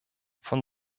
von